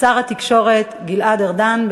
שר התקשורת גלעד ארדן.